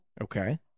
Okay